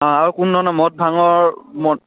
অঁ আৰু কোনো ধৰণৰ মদ ভাঙৰ মদ